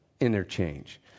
interchange